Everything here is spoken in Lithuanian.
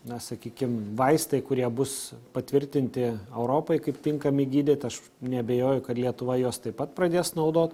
na sakykim vaistai kurie bus patvirtinti europai kaip tinkami gydyt aš neabejoju kad lietuva juos taip pat pradės naudot